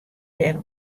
der